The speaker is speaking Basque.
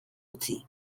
utzi